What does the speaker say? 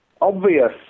obvious